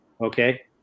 Okay